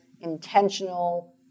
intentional